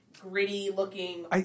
gritty-looking